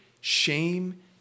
shame